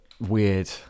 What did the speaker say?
weird